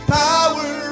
power